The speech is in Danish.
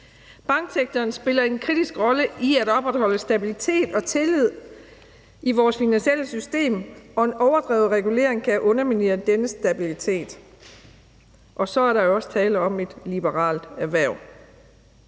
Banksektoren spiller en kritisk rolle i at opretholde stabilitet og tillid i vores finansielle system, og en overdrevet regulering kan underminere denne stabilitet, og så er der jo også tale om et liberalt erhverv.